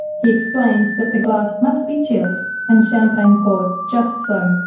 he explains that the glass must be chilled and champagne poured just so.